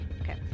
Okay